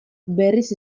berriz